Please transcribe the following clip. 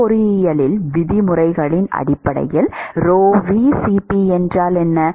மின் பொறியியல் விதிமுறைகளின் அடிப்படையில் ρVCp என்றால் என்ன